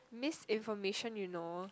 misinformation you know